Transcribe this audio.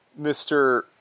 Mr